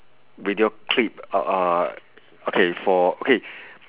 video clip uh uh okay for okay